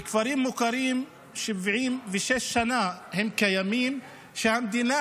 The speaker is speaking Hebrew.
כפרים שמוכרים 76 שנה קיימים כשהמדינה